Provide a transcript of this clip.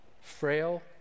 Frail